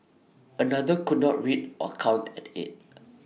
another could not read or count at eight